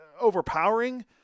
overpowering